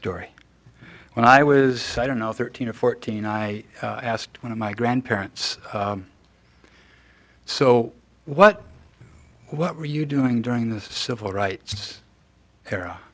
story when i was i don't know thirteen or fourteen i asked one of my grandparents so what were you doing during the civil rights era